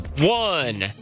one